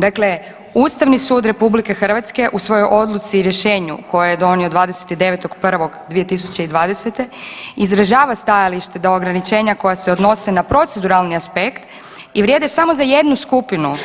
Dakle, Ustavni sud Republike Hrvatske u svojoj odluci i rješenju koje je donio 29.1.2020. izražava stajalište da ograničenja koja se odnose na proceduralni aspekt i vrijede samo za jednu skupinu